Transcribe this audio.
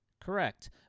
Correct